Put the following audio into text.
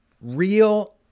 real